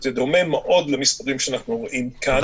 זה דומה מאוד למספרים שאנחנו רואים כאן,